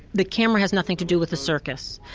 the camera has nothing to do with the circus.